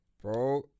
Bro